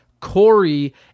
Corey